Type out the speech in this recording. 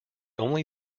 only